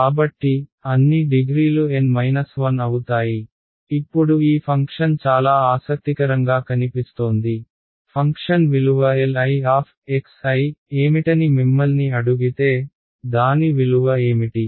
కాబట్టి అన్ని డిగ్రీలు N 1 అవుతాయి ఇప్పుడు ఈ ఫంక్షన్ చాలా ఆసక్తికరంగా కనిపిస్తోంది ఫంక్షన్ విలువ Li ఏమిటని మిమ్మల్ని అడుగితే దాని విలువ ఏమిటి